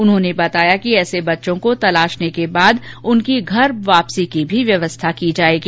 उन्होंने बताया कि ऐसे बच्चों को तलाशने के बाद उनकी घर वापसी की भी व्यवस्था की जाएगी